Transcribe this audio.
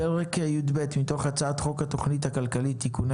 " פרק י"ב (חקלאות) מתוך הצעת חוק התכנית הכלכלית (תיקוני